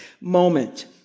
moment